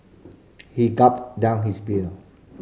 he gulped down his beer